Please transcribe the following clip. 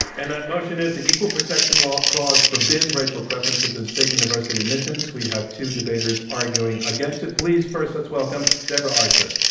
and that motion is the equal protection clause forbids racial preferences in state university admissions. we have two debaters arguing against it. please first let's welcome deborah archer.